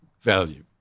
value